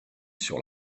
sur